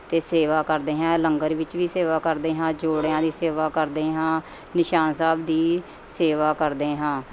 ਅਤੇ ਸੇਵਾ ਕਰਦੇ ਹਾਂ ਲੰਗਰ ਵਿੱਚ ਵੀ ਸੇਵਾ ਕਰਦੇ ਹਾਂ ਜੋੜਿਆਂ ਦੀ ਸੇਵਾ ਕਰਦੇ ਹਾਂ ਨਿਸ਼ਾਨ ਸਾਹਿਬ ਦੀ ਸੇਵਾ ਕਰਦੇ ਹਾਂ